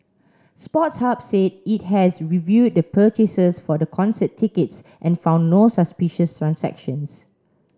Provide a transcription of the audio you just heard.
Sports Hub said it has reviewed the purchases for the concert tickets and found no suspicious transactions